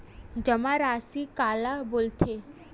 जमा राशि काला बोलथे?